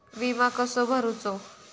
विमा कसो भरूचो?